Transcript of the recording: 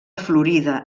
florida